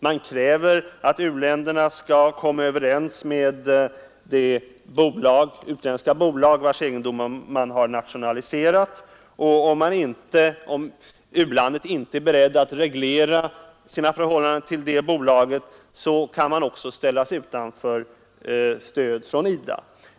Man kräver att u-länderna skall komma överens med de utländska företag, vilkas egendomar man har nationaliserat. Om u-landet inte är berett att reglera sina förhållanden till de bolagen, kan det ställas utanför stöd från IDA.